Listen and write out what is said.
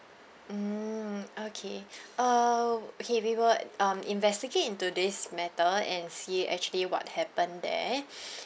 mm okay uh okay we will um investigate into this matter and see actually what happened there